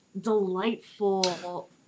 delightful